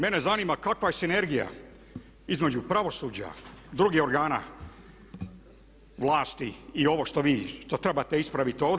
Mene zanima kakva je sinergija između pravosuđa, drugih organa vlasti i ovo što vi, što trebate ispraviti ovdje.